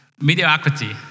mediocrity